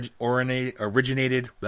originated